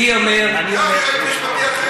אני אומר, קח יועץ משפטי אחר.